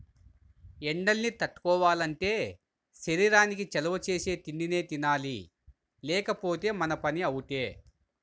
ఎండల్ని తట్టుకోవాలంటే శరీరానికి చలవ చేసే తిండినే తినాలి లేకపోతే మన పని అవుటే